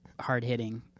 hard-hitting